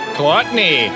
Courtney